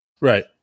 Right